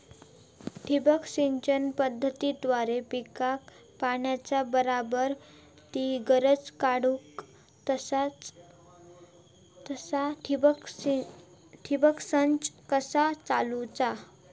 ठिबक सिंचन पद्धतीद्वारे पिकाक पाण्याचा बराबर ती गरज काडूक तसा ठिबक संच कसा चालवुचा?